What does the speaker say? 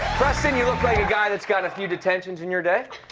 preston you look like a guy that's gotten a few detentions in your day.